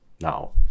now